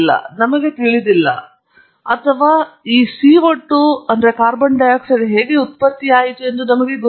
ನನಗೆ ತಿಳಿದಿಲ್ಲ ಅಥವಾ ಈ CO 2 ಹೇಗೆ ಉತ್ಪತ್ತಿಯಾಯಿತು ಎಂದು ನಮಗೆ ಗೊತ್ತಿಲ್ಲ